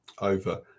over